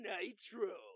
Nitro